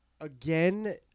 Again